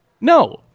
No